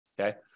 Okay